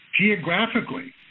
geographically